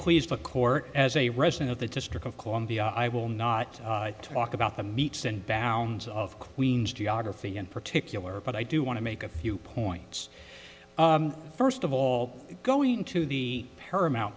please the court as a resident of the district of columbia i will not talk about the meets and bounds of queens geography in particular but i do want to make a few points first of all going to the paramount